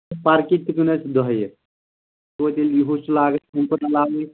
کٔرٮ۪ن اَسہِ دۄہَے یہِ